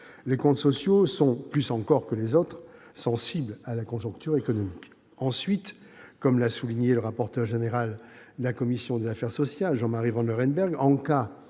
les comptes sociaux sont, plus encore que les autres, sensibles à la conjoncture économique. Ensuite, comme l'a souligné le rapporteur général de la commission des affaires sociales, Jean-Marie Vanlerenberghe,